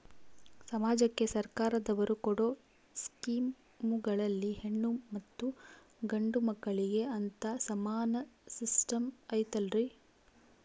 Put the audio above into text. ಸಮಾಜಕ್ಕೆ ಸರ್ಕಾರದವರು ಕೊಡೊ ಸ್ಕೇಮುಗಳಲ್ಲಿ ಹೆಣ್ಣು ಮತ್ತಾ ಗಂಡು ಮಕ್ಕಳಿಗೆ ಅಂತಾ ಸಮಾನ ಸಿಸ್ಟಮ್ ಐತಲ್ರಿ?